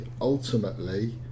ultimately